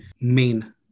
main